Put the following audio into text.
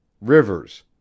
Rivers